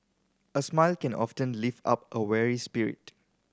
a smile can often lift up a weary spirit